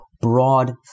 broad